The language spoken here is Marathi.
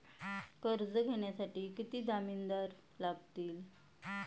कर्ज घेण्यासाठी किती जामिनदार लागतील?